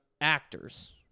actors